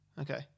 okay